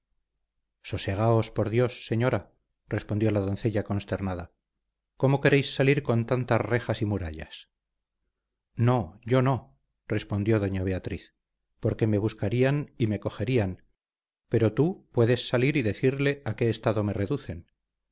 gloria sosegaos por dios señora respondió la doncella consternada cómo queréis salir con tantas rejas y murallas no yo no respondió doña beatriz porque me buscarían y me cogerían pero tú puedes salir y decirle a qué estado me reducen